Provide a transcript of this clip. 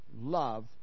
Love